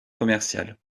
commercial